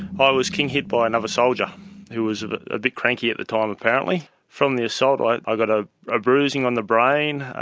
i was king-hit by another soldier who was a bit cranky at the time apparently. from the assault i i got ah a bruising on the brain,